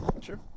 sure